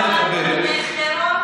לא אמרנו "תומך טרור",